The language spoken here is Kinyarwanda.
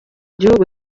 gihugu